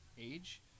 age